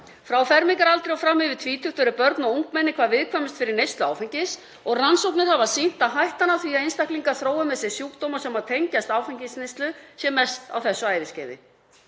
Frá fermingaraldri og fram yfir tvítugt eru börn og ungmenni hvað viðkvæmust fyrir neyslu áfengis. Rannsóknir hafa sýnt að hættan á því að einstaklingar þrói með sér sjúkdóma sem tengjast áfengisneyslu sé mest á þessu æviskeiði.